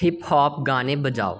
hip hop गाने बजाओ